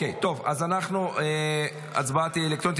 אז ההצבעות יהיו אלקטרוניות.